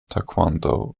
taekwondo